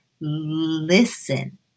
listen